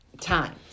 time